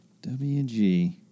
WG